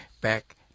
back